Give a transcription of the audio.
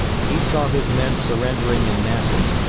he saw his men surrendering in masses,